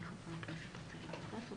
עליה,